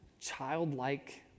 childlike